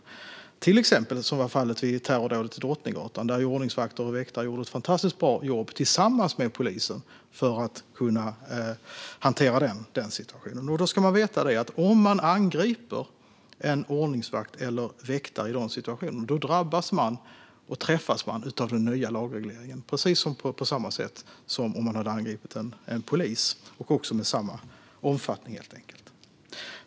Ett exempel var terrorattentatet på Drottninggatan. Där gjorde ordningsvakter och väktare ett fantastiskt bra jobb tillsammans med polisen för att hantera situationen. Den som angriper en ordningsvakt eller väktare i de situationerna drabbas och träffas av den nya lagregleringen, på precis samma sätt och i samma omfattning som den som angriper en polis.